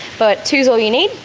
but two is all you need.